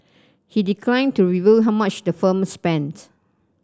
he declined to reveal how much the firm spents